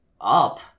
up